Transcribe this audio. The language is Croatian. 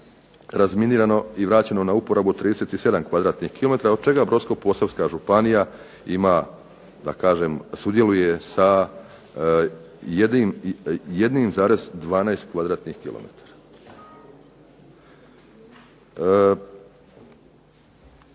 razminirano i vraćeno u uporabu 37 kvadratnih kilometara, od čega Brodsko-posavska županija ima da kažem sudjeluje sa 1,12